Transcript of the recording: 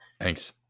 Thanks